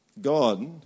God